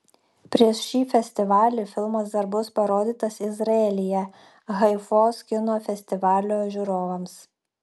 prieš šį festivalį filmas dar bus parodytas izraelyje haifos kino festivalio žiūrovams